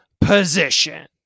Position